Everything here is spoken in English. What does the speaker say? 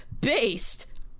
based